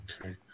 Okay